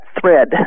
thread